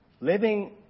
living